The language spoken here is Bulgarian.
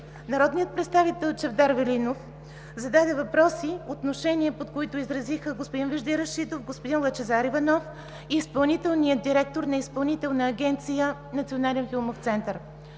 Народният представител Чавдар Велинов зададе въпроси, отношение по които изразиха господин Вежди Рашидов, господин Лъчезар Иванов и изпълнителният директор на Изпълнителна агенция „Национален филмов център“.